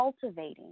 cultivating